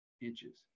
inches